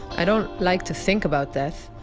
i don't like to think about death.